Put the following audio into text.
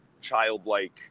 childlike